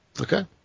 Okay